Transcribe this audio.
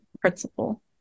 principle